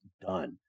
done